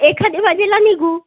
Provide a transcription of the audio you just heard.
एखादे वाजेला निघू